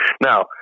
Now